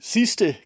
Sidste